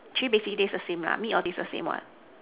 actually basically taste the same lah meat all taste the same what